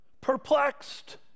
perplexed